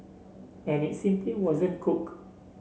and it simply wasn't cooked